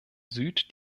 süd